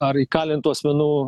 ar įkalintų asmenų